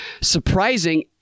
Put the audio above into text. surprising